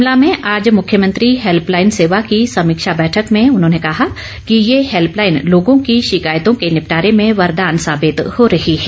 शिमला में आज मुख्यमंत्री हैल्पलाईन सेवा की समीक्षा बैठक में उन्होंने कहा कि ये हैल्पलाईन लोगों की शिकायतों के निपटारे मे वरदान साबित हो रही है